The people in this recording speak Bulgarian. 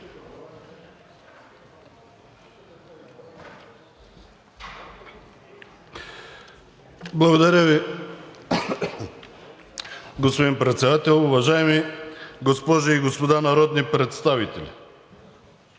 Благодаря Ви, уважаеми господин Председател. Уважаеми госпожи и господа народни представители!